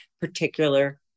particular